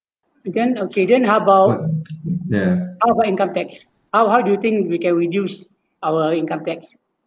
then okay then how about how about income tax how how do you think we can reduce our income tax